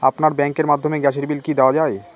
আপনার ব্যাংকের মাধ্যমে গ্যাসের বিল কি দেওয়া য়ায়?